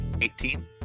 Eighteen